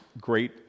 great